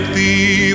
Thee